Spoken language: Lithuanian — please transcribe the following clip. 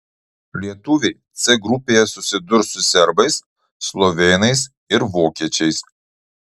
lietuviai c grupėje susidurs su serbais slovėnais ir vokiečiais